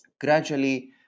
gradually